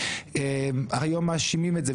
היום מאשימים את זה,